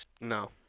No